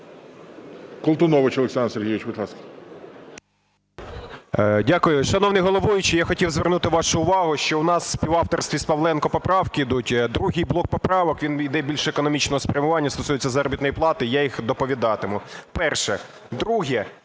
Дякую. Шановний головуючий, я хотів звернути вашу увагу, що у нас у співавторстві з Павленком поправки йдуть. Другий блок поправок він йде більш економічного спрямування і стосується заробітної плати, я їх доповідатиму. Перше. Друге.